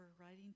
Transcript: writing